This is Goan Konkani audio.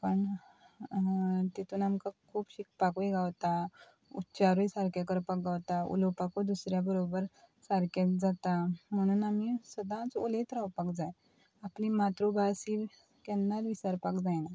आन तितून आमकां खूप शिकपाकूय गावता उच्चारूय सारकें करपाक गावता उलोवपाकूय दुसऱ्या बरोबर सारकेंत जाता म्हणून आमी सदांच उलयत रावपाक जाय आपली मातृभास ही केन्नात विसारपाक जायना